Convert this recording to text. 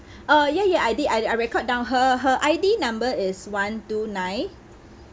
uh ya ya I did I I record down her her I_D number is one two nine